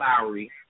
Lowry